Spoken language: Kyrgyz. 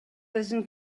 өзүн